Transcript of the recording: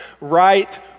right